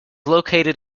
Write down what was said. located